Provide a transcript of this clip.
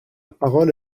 parole